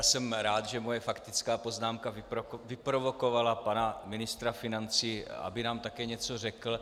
Jsem rád, že moje faktická poznámka vyprovokovala pana ministra financí, aby nám také něco řekl.